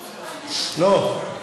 לא.